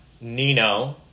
Nino